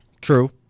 True